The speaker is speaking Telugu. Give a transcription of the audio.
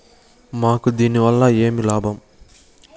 మాకు దీనివల్ల ఏమి లాభం